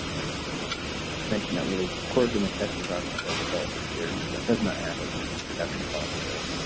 yep i'll mention that little quirk in the test environment to our developers here, that does not happen in the production environment though.